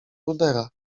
rudera